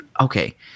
Okay